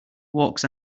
walks